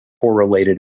correlated